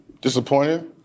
Disappointed